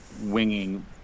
winging